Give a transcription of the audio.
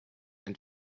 and